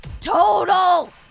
total